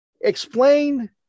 Explain